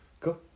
cool